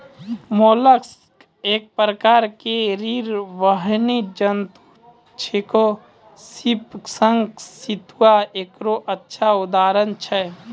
mollusc एक प्रकार के रीड़विहीन जंतु छेकै, सीप, शंख, सित्तु एकरो अच्छा उदाहरण छै